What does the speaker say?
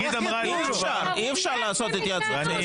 שגית אמרה לי --- אי אפשר לעשות התייעצות סיעתית.